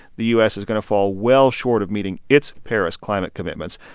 the u s. is going to fall well short of meeting its paris climate commitments.